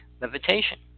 Levitation